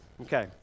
Okay